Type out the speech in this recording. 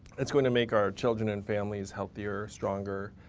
it's going to make our children and families healthier, stronger,